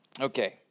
Okay